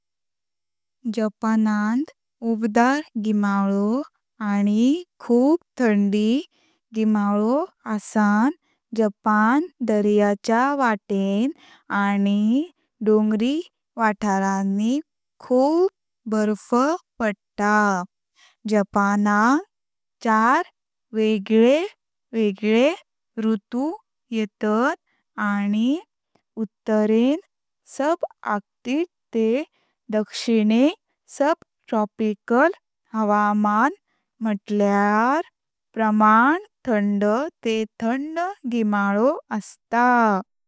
जपानांत उबदार गीमाळो आणी खूप थंडी गीमाळो आसां जपान दर्याच्या वाटेण आनी डोंगरी वाथारणी खूप बर्फ पडतां। जपानाक चार वेगवेगळी ऋतु येतात आनी उत्तरेम सुभ आर्कटिक त्हे दक्षिणेक सब ट्रॉपिकल हावामान म्हुटल्यार उष्ण आनी दमट गीमाळो आनी वाथारा प्रमाण थंड ते थंड गीमाळो आसता।